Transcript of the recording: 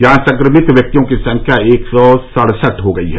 यहां संक्रमित व्यक्तियों की संख्या एक सौ सड़सठ हो गई है